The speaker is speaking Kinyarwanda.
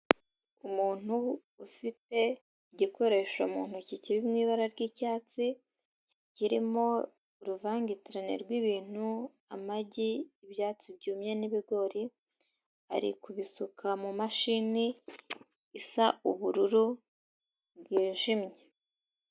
Umuntu ufite igikoresho mu ntoki kiri mu ibara ry'icyatsi, kirimo uruvangitirane rw'ibintu, amagi, ibyatsi byumye n'ibigori, ari kubisuka mu mashini isa ubururu bwijimye.